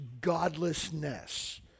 godlessness